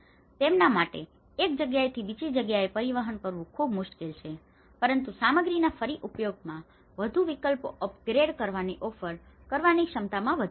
તેમના માટે એક જગ્યાએથી બીજી જગ્યાએ પરિવહન કરવું ખૂબ મુશ્કેલ છે પરંતુ સામગ્રીના ફરીથી ઉપયોગમાં વધુ વિકલ્પો અપગ્રેડ કરવાની અને ઓફર કરવાની ક્ષમતામાં વધારો કરવો